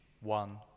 one